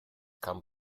come